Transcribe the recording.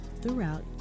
throughout